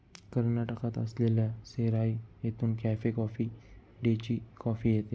कर्नाटकात असलेल्या सेराई येथून कॅफे कॉफी डेची कॉफी येते